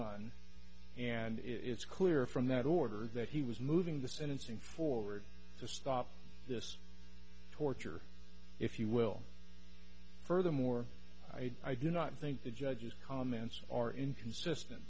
done and it is clear from that order that he was moving the sentencing forward to stop this torture if you will furthermore i do not think the judge's comments are inconsistent